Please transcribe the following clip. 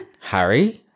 Harry